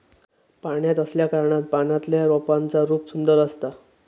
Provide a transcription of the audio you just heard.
पाण्यात असल्याकारणान पाण्यातल्या रोपांचा रूप सुंदर असता